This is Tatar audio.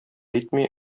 итми